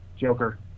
Joker